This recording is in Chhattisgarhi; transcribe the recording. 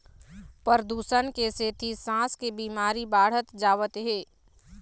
परदूसन के सेती सांस के बिमारी बाढ़त जावत हे